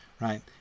Right